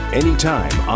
anytime